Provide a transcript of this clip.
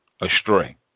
astray